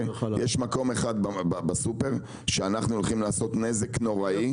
יש מקום אחד בסופר שאנחנו הולכים לעשות נזק נוראי,